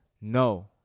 no